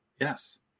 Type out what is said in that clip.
yes